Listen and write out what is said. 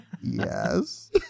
Yes